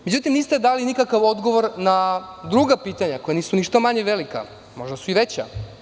Međutim, niste dali nikakav odgovor na druga pitanja koja nisu ništa manje velika, možda su i veća.